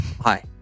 hi